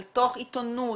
אל תוך עיתונות,